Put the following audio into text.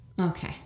Okay